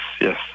yes